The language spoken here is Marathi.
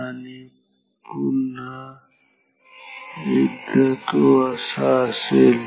आणि इथे पुन्हा एकदा तो असा असेल